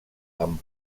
amb